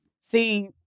See